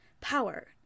power